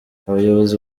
abayobozi